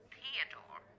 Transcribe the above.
Theodore